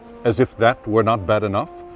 as if that were not bad enough,